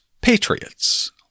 Patriots